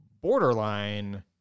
borderline